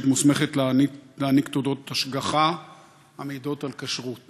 מוסמכת להעניק תעודות השגחה המעידות על כשרות